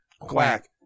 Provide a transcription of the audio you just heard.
quack